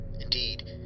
Indeed